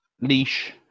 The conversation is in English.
Leash